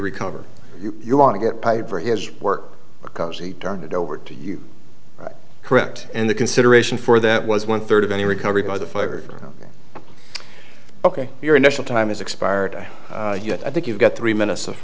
recover you want to get paid for his work because he turned it over to you correct and the consideration for that was one third of any recovery by the fire ok your initial time has expired yet i think you've got three minutes of